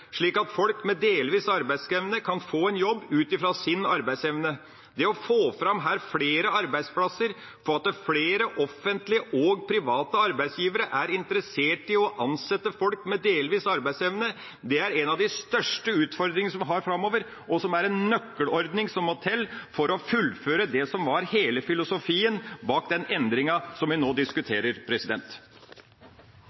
slik at folk med delvis arbeidsevne kan få en jobb ut ifra sin arbeidsevne. Det å få flere arbeidsplasser, og at flere både offentlige og private arbeidsgivere blir interessert i å ansette folk med delvis arbeidsevne, er en av de største utfordringene vi har framover, og det er en nøkkelordning som må til for å fullføre det som var hele filosofien bak den endringa vi nå diskuterer.